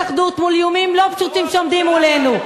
אחדות מול איומים לא פשוטים שעומדים מולנו.